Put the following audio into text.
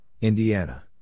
Indiana